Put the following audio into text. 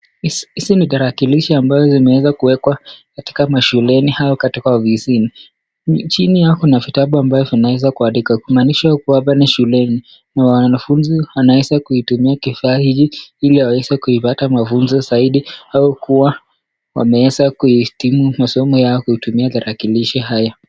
Hizi ni tarakilishi ambazo zimeweza kuwekwa, katika mashuleni au katika ofisini, chini yao kuna vitabu ambao vinaweza kuandikwa. Kumanisha hapa ni shuleni na wanafunzi wanaweza tumia kifaa hiki iliaweza kupata mafunzo zaidi hao kuwa wanaweza kuitimu masomo yao kutumia tarakislishi haya.